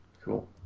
Cool